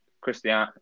Christian